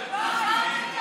חבר'ה.